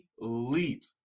elite